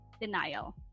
denial